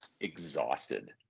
exhausted